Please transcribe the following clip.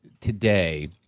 today